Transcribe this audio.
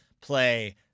play